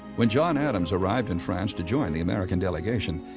when john adams arrived in france to join the american delegation,